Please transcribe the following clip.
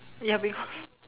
ya because